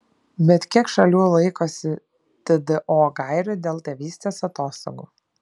bet kiek šalių laikosi tdo gairių dėl tėvystės atostogų